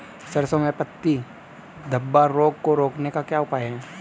सरसों में पत्ती धब्बा रोग को रोकने का क्या उपाय है?